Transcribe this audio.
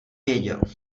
věděl